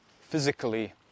physically